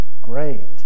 great